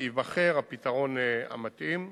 ייבחר הפתרון המתאים.